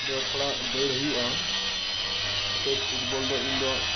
ᱫᱚ ᱛᱷᱚᱲᱟ ᱫᱟᱹᱲ ᱦᱩᱭᱩᱜᱼᱟ ᱚᱱᱟᱛᱮ ᱯᱷᱩᱴᱵᱚᱞ ᱫᱚ ᱤᱧᱫᱚ